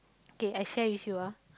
okay I share with you ah